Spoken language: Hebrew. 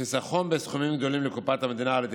חיסכון בסכומים גדולים לקופת המדינה על ידי